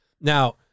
Now